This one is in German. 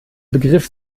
begriff